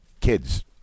kids